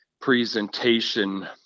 presentation